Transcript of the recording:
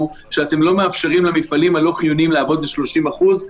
כשאתם לא מאפשרים למפעלים הלא חיוניים לעבוד ב-30%,